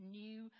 new